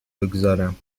بگذارم